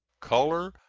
color,